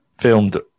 filmed